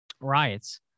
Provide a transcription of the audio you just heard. riots